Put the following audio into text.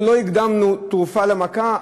אנחנו לא הקדמנו תרופה למכה,